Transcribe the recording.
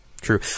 true